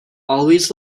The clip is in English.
always